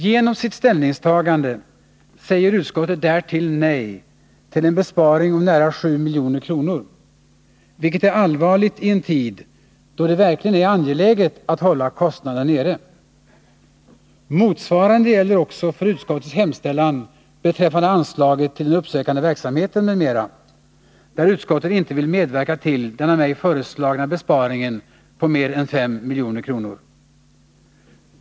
Genom sitt ställningstagande säger utskottet därtill nej till en besparing om nära 7 milj.kr., vilket är allvarligt i en tid då det verkligen är angeläget att hålla kostnaderna nere. Motsvarande gäller också för utskottets hemställan beträffande anslaget till den uppsökande verksamheten m.m., där utskottet inte vill medverka till den av mig föreslagna besparingen på mer än 5 milj.kr.